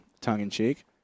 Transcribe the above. tongue-in-cheek